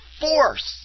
force